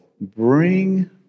Bring